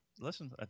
listen